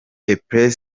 place